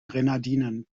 grenadinen